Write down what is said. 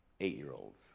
Eight-year-olds